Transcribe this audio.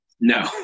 no